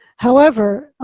however,